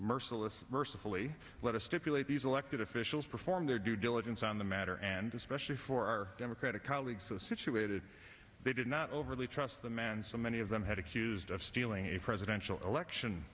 merciless mercifully let us stipulate these elected officials perform their due diligence on the matter and especially for our democratic colleagues so situated they did not overly trust the man so many of them had accused of stealing a presidential election